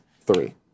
Three